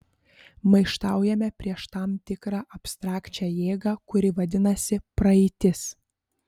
maištaujame prieš tam tikrą abstrakčią jėgą kuri vadinasi praeitis